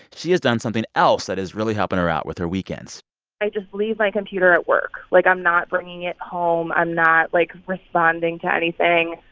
she has done something else that is really helping her out with her weekends i just leave my computer at work. like, i'm not bringing it home. i'm not, like, responding to anything.